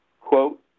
quote